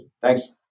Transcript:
Thanks